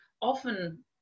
often